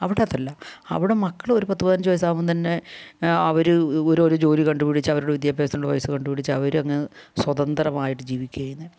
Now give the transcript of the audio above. അവിടെ അതല്ല അവിടെ മക്കൾ ഒരു പത്ത് പതിനഞ്ച് വയസ്സാകുമ്പോൾ തന്നെ അവർ ഓരോരോ ജോലി കണ്ടു പിടിച്ച് അവരുടെ വിദ്യാഭ്യാസത്തിനുള്ള പൈസ കണ്ട് പിടിച്ച് അവർ സ്വതന്ത്രമായിട്ട് ജീവിക്കുകയാണ്